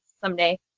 someday